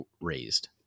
raised